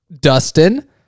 Dustin